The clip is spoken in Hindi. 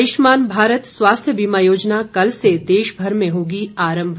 आयुष्मान भारत स्वास्थ्य बीमा योजना कल से देश भर में होगी आरम्भ